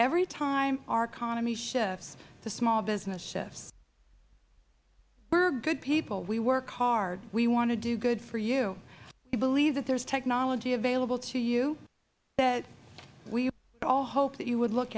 every time our economy shifts the small business shifts we are good people we work hard we want to do good for you we believe that there is technology available to you that we all hope that you would look